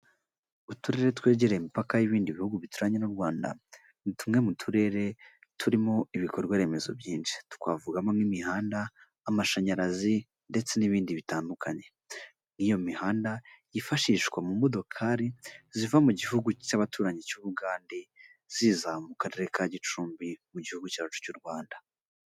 Uturere twegereye imipaka n'ibindi bihugu bituranye n'u Rwanda ni tumwe mu turere turimo ibikorwa remezo byinshi. Twavugamo imihanda, amashanyarazi, ndetse n'ibindi bitandukanye, niyo mihanda yifashishwa mu modokari ziva mu gihugu cy'abaturanyi cy'u Bugande ziza mu karere ka Gicumbi mu gihugu cyacu cy'u Rwanda.